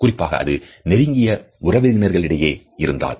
குறிப்பாக அது நெருங்கிய உறவினர்களிடையே இருந்தால்